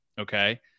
Okay